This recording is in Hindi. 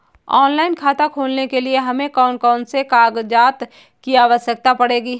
ऑनलाइन खाता खोलने के लिए हमें कौन कौन से कागजात की आवश्यकता पड़ेगी?